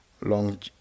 long